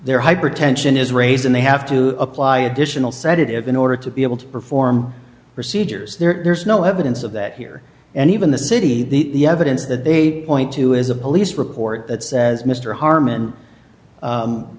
their hypertension is raised and they have to apply additional sedative in order to be able to perform procedures there is no evidence of that here and even the city the evidence that they point to is a police report that says mr harmon